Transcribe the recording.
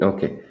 Okay